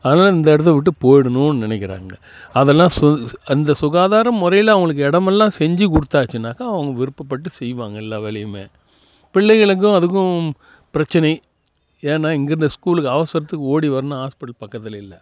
அதனால் இந்த இடத்த விட்டு போயிடுணுன்னு நினைக்கிறாங்க அதெல்லாம் சு அந்த சுகாதார முறையில அவங்களுக்கு இடமெல்லாம் செஞ்சுக் கொடுத்தாச்சினாக்கா அவங்க விருப்பப்பட்டு செய்வாங்க எல்லா வேலையுமே பிள்ளைங்களுக்கும் அதுக்கும் பிரச்சனை ஏன்னால் இங்கேயிருந்தே ஸ்கூலுக்கு அவசரத்துக்கு ஓடி வரணுன்னு ஹாஸ்பிட்டல் பக்கத்தில் இல்லை